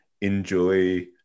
enjoy